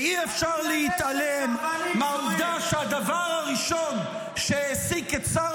ואי-אפשר להתעלם מהעובדה שהדבר הראשון שהעסיק את שר